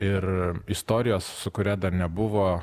ir istorijos su kuria dar nebuvo